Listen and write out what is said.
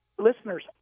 listeners